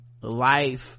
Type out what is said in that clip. life